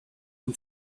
who